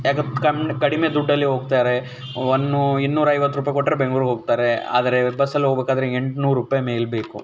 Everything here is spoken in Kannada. ಯಾಕೆ ಕಮ್ಮಿ ಕಡಿಮೆ ದುಡ್ಡಲ್ಲಿ ಹೋಗ್ತಾರೆ ಒನ್ ನೂರು ಇನ್ನೂರೈವತ್ತು ರೂಪಾಯಿ ಕೊಟ್ಟರೆ ಬೆಂಗ್ಳೂರಿಗೆ ಹೋಗ್ತಾರೆ ಆದರೆ ಬಸ್ಸಲ್ಲಿ ಹೋಗಬೇಕಾದ್ರೆ ಎಂಟ್ನೂರು ರೂಪಾಯಿ ಮೇಲೆ ಬೇಕು